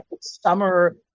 summer